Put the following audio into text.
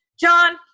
John